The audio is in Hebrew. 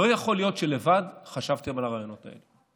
לא יכול להיות שלבד חשבתם על הרעיונות האלה.